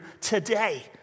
today